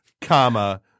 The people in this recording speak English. comma